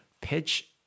pitch